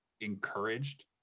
encouraged